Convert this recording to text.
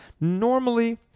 Normally